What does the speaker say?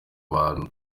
abantu